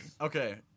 Okay